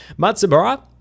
Matsubara